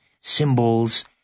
symbols